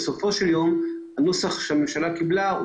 אבל בסופו של יום הנוסח שהממשלה קיבלה הוא